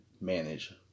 manage